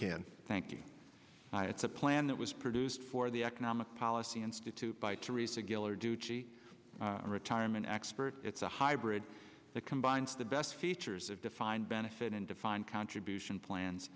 can thank you it's a plan that was produced for the economic policy institute by to receive gaylor duty retirement expert it's a hybrid that combines the best features of defined benefit and defined contribution plans